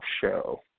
show